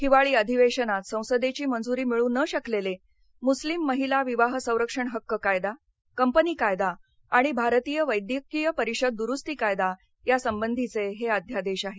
हिवाळी अधिवेशानात संसदेची मंजूरी मिळू न शकलेले मुस्लीम महिला विवाह संरक्षण हक्क कायदा कंपनी कायदा आणि भारतीय वैद्यकीय परिषद दूरुस्ती कायदा या संबंधीचे हे अध्यादेश आहेत